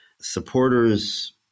supporters